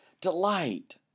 delight